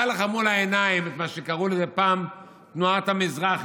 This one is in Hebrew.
היה לך מול העיניים את מה שקראו לו פעם תנועת המזרחי.